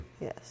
Yes